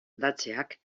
lantzeak